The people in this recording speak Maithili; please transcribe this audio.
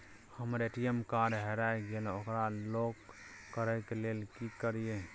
हमर ए.टी.एम कार्ड हेरा गेल ओकरा लॉक करै के लेल की करियै?